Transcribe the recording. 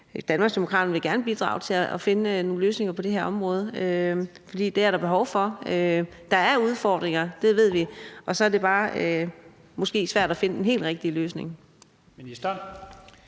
Danmarksdemokraterne vil gerne bidrage til at finde nogle løsninger på det her område, for det er der behov for. Der er udfordringer; det ved vi. Og så er det måske bare svært at finde den helt rigtige løsning.